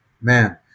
man